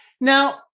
Now